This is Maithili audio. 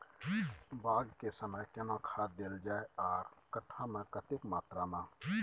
बाग के समय केना खाद देल जाय आर कट्ठा मे कतेक मात्रा मे?